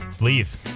leave